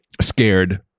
scared